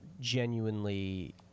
genuinely